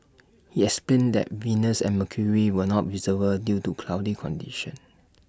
he explained that Venus and mercury were not visible due to cloudy conditions